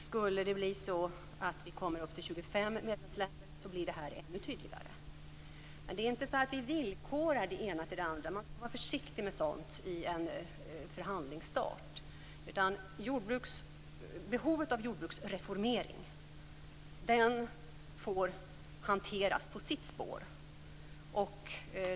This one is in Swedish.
Skulle vi komma upp till 25 medlemsländer blir det ännu tydligare. Men vi villkorar inte. Man skall vara försiktig med sådant i en förhandlingsstart. Behovet av jordbruksreformering får hanteras på sitt spår.